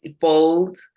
bold